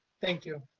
thank you.